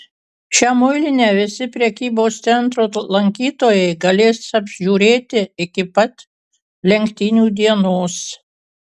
šią muilinę visi prekybos centro lankytojai galės apžiūrėti iki pat lenktynių dienos